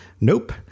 Nope